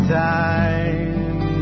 time